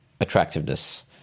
attractiveness